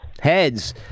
Heads